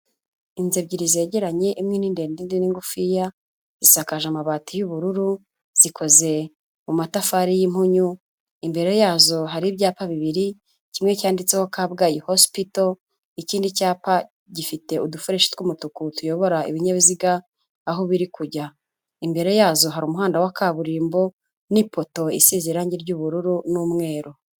Inzu ebyiri zegeranye imwe ni ndende indi ni ngufiya, zisakaje amabati y'ubururu zikoze mu matafari y'impunyu, imbere yazo hari ibyapa bibiri, kimwe cyanditseho Kabgayi hosipito, ikindi cyapa gifite udufureshi tw'umutuku, tuyobora ibinyabiziga aho biri kujya, imbere yazo hari umuhanda wa kaburimbo n'ipoto isize irangi ry'ubururu n'umweru.